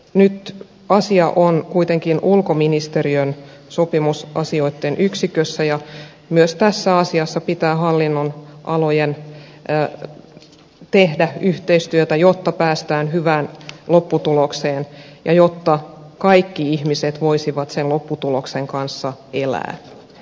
nyt asia on kuitenkin ulkoministeriön sopimusasioitten yksikössä ja myös tässä asiassa pitää hallinnonalojen tehdä yhteistyötä jotta päästään hyvään lopputulokseen ja jotta kaikki ihmiset voisivat sen lopputuloksen kanssa elää